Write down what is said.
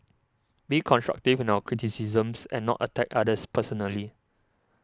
be constructive in our criticisms and not attack others personally